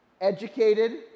educated